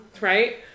Right